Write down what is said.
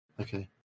Okay